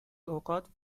اوقات